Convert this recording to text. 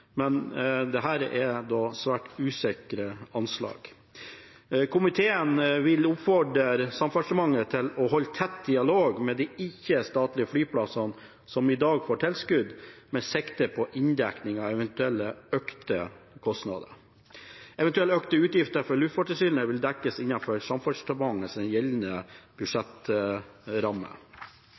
men dette er svært usikre anslag. Komiteen vil oppfordre Samferdselsdepartementet til å holde tett dialog med de ikke-statlige flyplassene som i dag får tilskudd, med sikte på inndekning av eventuelle økte kostnader. Eventuelle økte utgifter for Luftfartstilsynet vil dekkes innenfor Samferdselsdepartementets gjeldende